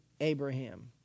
Abraham